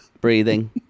breathing